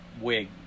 Wig